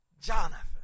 Jonathan